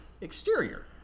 exterior